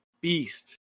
beast